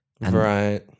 Right